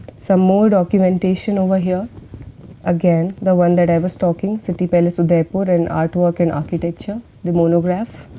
some more documentation over here again the one that i was talking, city palace udaipur and art work and architecture, the monograph.